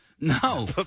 No